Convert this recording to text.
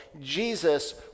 Jesus